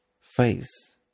face